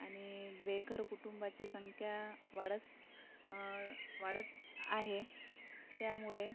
आणि बेघर कुटुंबाची संख्या वाढत वाढत आहे त्यामुळे